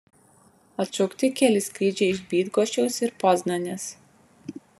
atšaukti keli skrydžiai iš bydgoščiaus ir poznanės